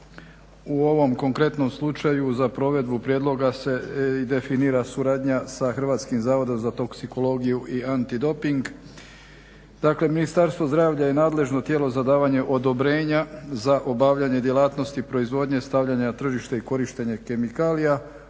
U ovom konkretnom slučaju za provedbu prijedloga se i definira suradnja sa Hrvatskim zavodom za toksikologiju i antidoping. Dakle Ministarstvo zdravlja je nadležno tijelo za davanje odobrenja za obavljanje djelatnosti proizvodnje, stavljanja na tržište i korištenje kemikalija,